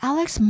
Alex